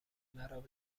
مرا